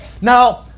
Now